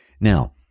now